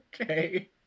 Okay